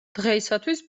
დღეისათვის